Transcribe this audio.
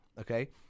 okay